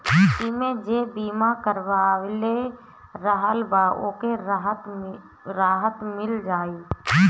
एमे जे बीमा करवले रहल बा ओके राहत मिल जाई